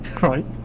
right